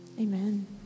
Amen